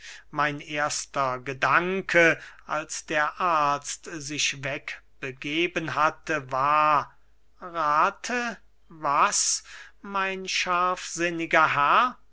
mein erster gedanke als der arzt sich wegbegeben hatte war rathe was mein scharfsinniger herr